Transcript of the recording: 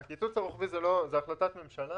הקיצוץ הרוחבי זו החלטת ממשלה